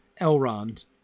Elrond